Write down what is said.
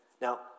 Now